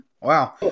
Wow